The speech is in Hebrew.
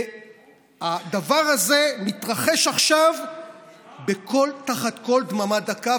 והדבר הזה מתרחש עכשיו תחת קול דממה דקה.